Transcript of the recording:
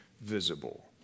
visible